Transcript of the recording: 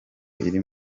iri